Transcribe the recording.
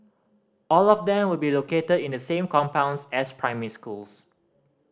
all of them will be located in the same compounds as primary schools